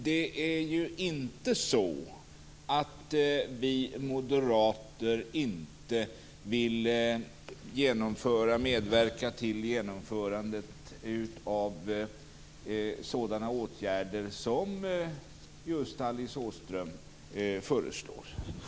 Det är inte så att vi moderater inte vill medverka till genomförandet av sådana åtgärder som Alice Åström föreslår.